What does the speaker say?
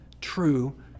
true